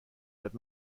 یاد